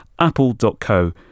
apple.co